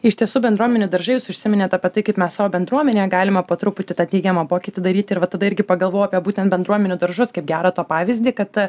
ištiesų bendruomenių daržai jūs užsiminėt apie tai kaip mes savo bendruomenę galima po truputį tą teigiamą pokytį daryti ir va tada irgi pagalvojau apie būtent bendruomenių daržus kaip gerą to pavyzdį kad